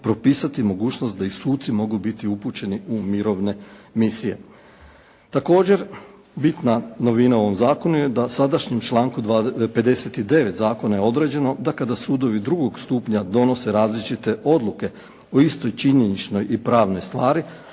propisati mogućnost da i suci mogu biti upućeni u mirovne misije. Također bitna novina u ovom zakonu je da u sadašnjem članku 59. zakona je određeno da kada sudovi drugog stupnja donose različite odluke o istoj činjeničnoj i pravnoj stvari,